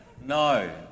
No